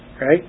Right